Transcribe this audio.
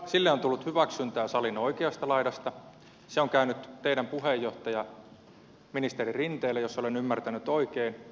sille on tullut hyväksyntää salin oikeasta laidasta se on käynyt teidän puheenjohtajallenne ministeri rinteelle jos olen ymmärtänyt oikein